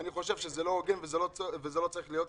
אני חושב שזה לא הוגן וזה לא צריך להיות ככה.